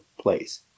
place